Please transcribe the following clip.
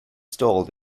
stalled